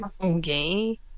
Okay